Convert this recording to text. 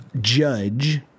judge